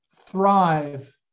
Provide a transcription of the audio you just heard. thrive